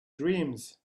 dreams